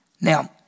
Now